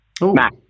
Mac